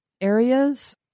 areas